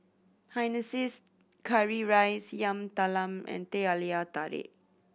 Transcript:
hainanese curry rice Yam Talam and Teh Halia Tarik